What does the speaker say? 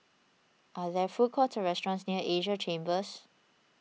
are there food courts or restaurants near Asia Chambers